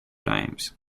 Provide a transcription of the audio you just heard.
times